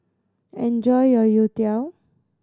enjoy your youtiao